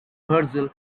virgil